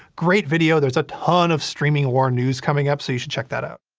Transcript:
great video! there's a ton of streaming war news coming up, so you should check that out.